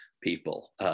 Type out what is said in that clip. people